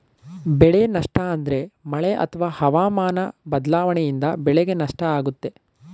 ಬೆಳೆ ನಷ್ಟ ಅಂದ್ರೆ ಮಳೆ ಅತ್ವ ಹವಾಮನ ಬದ್ಲಾವಣೆಯಿಂದ ಬೆಳೆಗೆ ನಷ್ಟ ಆಗುತ್ತೆ